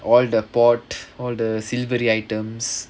all the port all the silvery items